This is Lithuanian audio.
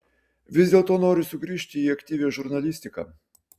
vis dėlto noriu sugrįžti į aktyvią žurnalistiką